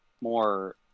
more